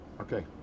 Okay